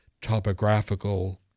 topographical